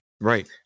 Right